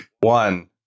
One